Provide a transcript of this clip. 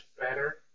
better